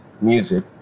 music